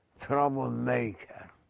troublemaker